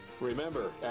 Remember